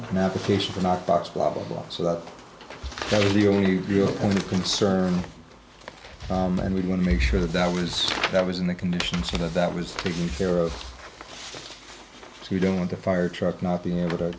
the application or not box blah blah blah so that was the only real concern and we want to make sure that that was that was in the conditions that that was taking care of so you don't want a fire truck not being able to